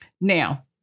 Now